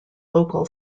local